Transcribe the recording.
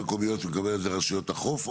רשויות מקומיות את מתכוונת לרשויות החוף,